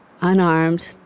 unarmed